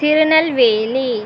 Tirunelveli